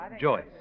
Joyce